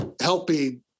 helping